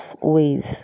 ways